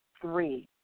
three